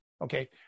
Okay